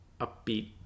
upbeat